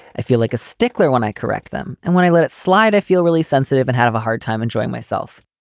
i feel like a stickler when i correct them and when i let it slide. i feel really sensitive and have a hard time enjoying myself.